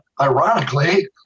ironically